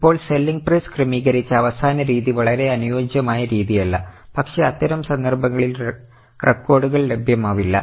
ഇപ്പോൾ selling price ക്രമീകരിച്ച അവസാന രീതി വളരെ അനുയോജ്യമായ രീതിയല്ല പക്ഷേ അത്തരം സന്ദർഭങ്ങളിൽ റെക്കോർഡുകൾ ലഭ്യമാവില്ല